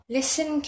Listen